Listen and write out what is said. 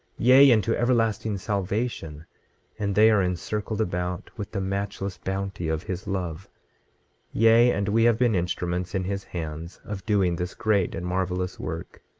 yea, into everlasting salvation and they are encircled about with the matchless bounty of his love yea, and we have been instruments in his hands of doing this great and marvelous work.